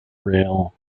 rail